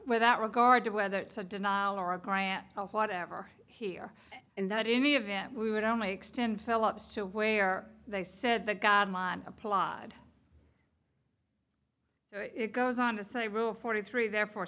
without regard to whether it's a denial or a grant or whatever here in that any event we would only extend philips to where they said the guy applied so it goes on to say rule forty three therefore